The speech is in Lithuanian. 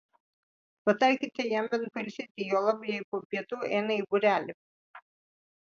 patarkite jam bent pailsėti juolab jei po pietų eina į būrelį